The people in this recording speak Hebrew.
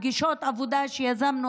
בפגישות עבודה שיזמנו,